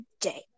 day